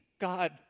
God